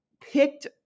picked